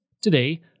Today